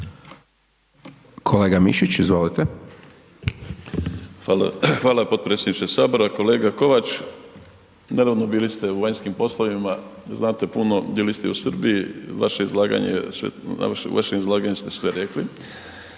Ivica (Nezavisni)** Hvala potpredsjedniče HS. Kolega Kovač, naravno bili ste u vanjskim poslovima, znate puno, bili ste i u Srbiji, u vašem izlaganju ste sve rekli,